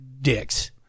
dicks